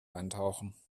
eintauchen